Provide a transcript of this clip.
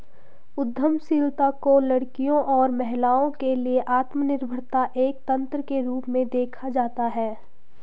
उद्यमशीलता को लड़कियों और महिलाओं के लिए आत्मनिर्भरता एक तंत्र के रूप में देखा जाता है